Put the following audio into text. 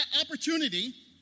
opportunity